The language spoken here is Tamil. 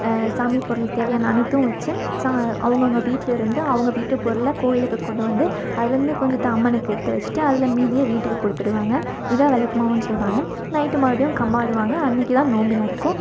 சாமி பொருள் தேவையான அனைத்தும் வச்சு அவங்கவுங்க வீட்டில் இருந்து அவங்க வீட்டு பொருளை கோவிலுக்கு கொண்டு வந்து அதில் இருந்து கொஞ்சத்தை அம்மனுக்கு எடுத்து வச்சுட்டு அதில் மீதியை வீட்டுக்கு கொடுத்துடுவாங்க இதான் விளக்கு மாவுன்னு சொல்வாங்க நைட்டு மறுபடியும் கம்பாடுவாங்க அன்னைக்கி தான் நோம்பு நடக்கும்